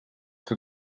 que